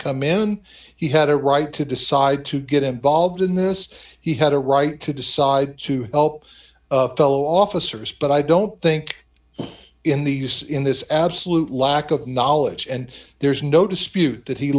come in he had a right to decide to get involved in this he had a right to decide to help fellow officers but i don't think in the use in this absolute lack of knowledge and there's no dispute that he